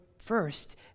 first